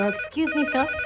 excuse me sir.